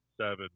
seven